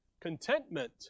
Contentment